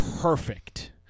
perfect